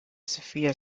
sophia